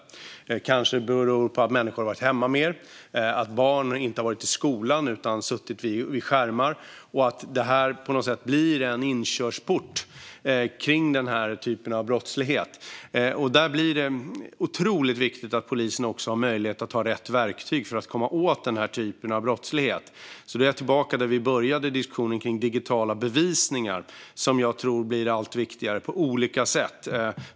Kanske beror det på att människor har varit hemma mer och att barn inte har varit i skolan utan har suttit vid skärmar. Det här har kanske blivit en inkörsport till sådan brottslighet. Det är otroligt viktigt att polisen har rätt verktyg för att komma åt den här brottsligheten. Det för mig tillbaka till det vi började diskussionen om, nämligen digital bevisning. Jag tror att det på olika sätt blir allt viktigare.